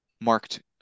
marked